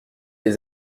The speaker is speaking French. les